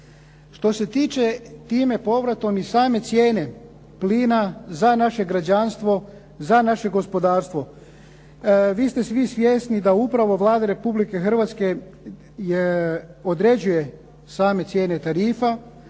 Što se tiče time povratom i same cijene plina za naše građanstvo, za naše gospodarstvo. Vi ste svi svjesni da upravo Vlada Republike Hrvatske određuje same cijene tarifa,